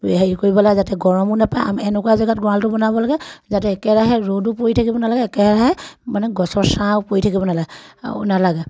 হেৰি কৰিব লাগে যাতে গৰমো নাপায় আমি এনেকুৱা এজেগাত গঁৰালটো বনাব লাগে যাতে একেৰাহে ৰ'দো পৰি থাকিব নালাগে একেৰাহে মানে গছৰ ছাঁও পৰি থাকিব নালাগে নালাগে